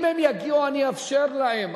אם הם יגיעו אני אאפשר להם,